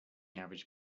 average